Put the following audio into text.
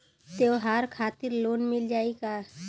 त्योहार खातिर लोन मिल जाई का?